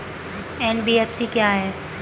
NBFC क्या है?